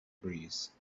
breeze